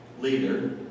leader